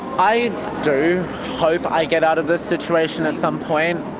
i do hope i get out of this situation at some point.